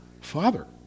Father